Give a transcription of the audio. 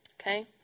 okay